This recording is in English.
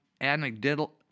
anecdotal